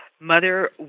Mother